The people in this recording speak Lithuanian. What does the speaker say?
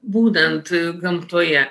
būnant gamtoje